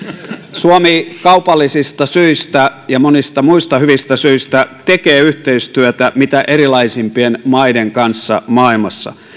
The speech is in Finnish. suomi kaupallisista syistä ja monista muista hyvistä syistä tekee yhteistyötä mitä erilaisimpien maiden kanssa maailmassa